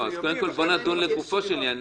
אז קודם כל בואו נדון לגופו של עניין,